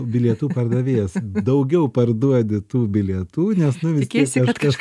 bilietų pardavėjas daugiau parduodi tų bilietų nes nu vis tiek kažkas